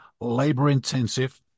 labor-intensive